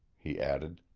he added.